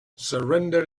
surrender